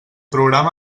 programa